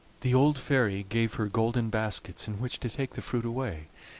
the old fairy gave her golden baskets in which to take the fruit away,